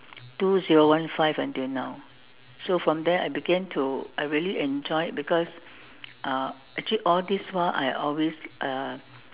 two zero one five until now so from there I began to I really enjoy it because uh actually all this while I always uh